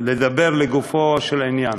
לדבר לגופו של עניין.